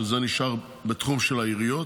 שזה נשאר בתחום של העיריות.